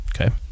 Okay